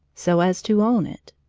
so as to own it.